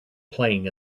playing